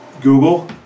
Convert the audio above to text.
Google